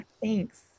Thanks